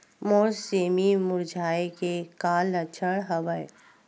मोर सेमी मुरझाये के का लक्षण हवय?